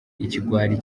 ikigwari